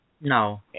No